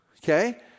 Okay